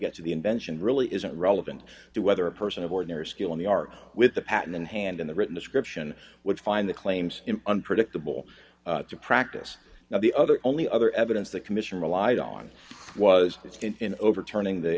get to the invention really isn't relevant to whether a person of ordinary skill in the art with the patent in hand in the written description would find the claims in unpredictable to practice not the other only other evidence the commission relied on was in overturning the